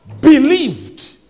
Believed